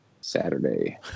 Saturday